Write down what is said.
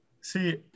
See